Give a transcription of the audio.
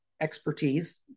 expertise